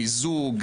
מיזוג,